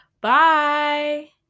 Bye